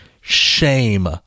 Shame